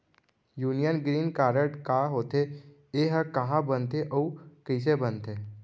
Union green card का होथे, एहा कहाँ बनथे अऊ कइसे बनथे?